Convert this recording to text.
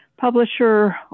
publisher